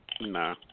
No